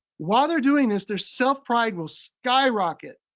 while they're doing this, their self-pride will skyrocket.